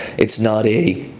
it's not a,